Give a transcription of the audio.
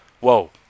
Whoa